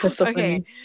okay